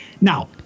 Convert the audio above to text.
now